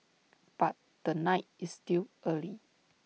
but the night is still early